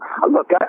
Look